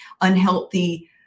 unhealthy